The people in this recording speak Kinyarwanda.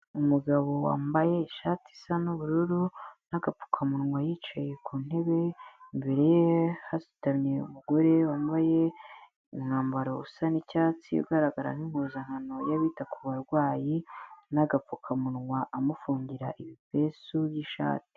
Umugabo wambaye ishati isa nu'ubururu n'agapfukamunwa yicaye ku ntebe, imbere ye hasutamye umugore wambaye umwambaro usa n'icyatsi ugaragara nk'impuzankano y'abita ku barwayi n'agapfukamunwa amufungira ibipesu by'ishati.